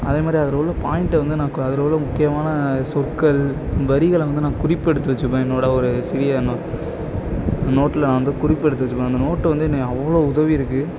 அதே மாதிரி அதில் உள்ள பாய்ண்ட்ட வந்து நான் அதில் உள்ள முக்கியமான சொற்கள் வரிகளை வந்து நான் குறிப்பு எடுத்து வச்சுப்பேன் என்னோடய ஒரு சிறிய நோ நோட்ல நான் வந்து குறிப்பு எடுத்து வச்சிப்பேன் அந்து நோட்டு வந்து என்னையை அவ்வளோ உதவி இருக்குது